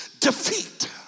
Defeat